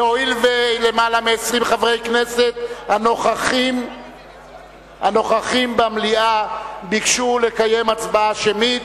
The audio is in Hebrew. והואיל ולמעלה מ-20 חברי כנסת הנוכחים במליאה ביקשו לקיים הצבעה שמית,